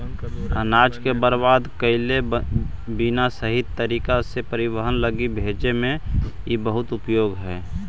अनाज के बर्बाद कैले बिना सही तरीका से परिवहन लगी भेजे में इ बहुत उपयोगी हई